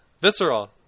Visceral